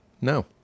no